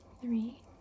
Three